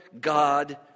God